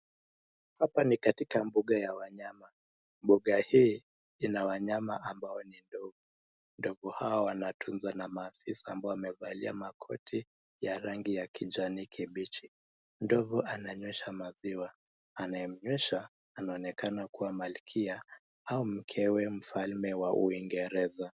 Apa ni katika mbuga ya wanyama, mbuga hii inawanyama ambao ni ndovu, ndovu hao wanatuzwa na maafisa ambao wamevalia makoti ya rangi ya kijani kibichi. Ndovu ananyeshwa maziwa anaemnyesha anaonekana kuwa malkia au mkewe wa mfalme wa Uigereza.